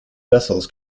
vessels